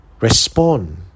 respond